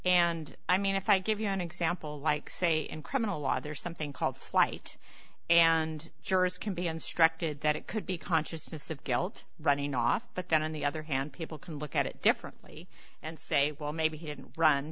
and i mean if i give you an example like say in criminal law there's something called flight and jurors can be instructed that it could be consciousness of guilt running off but then on the other hand people can look at it differently and say well maybe he didn't run